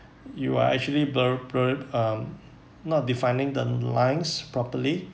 you are actually blurred blurred um not defining the lines properly